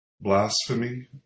blasphemy